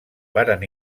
varen